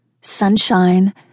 Sunshine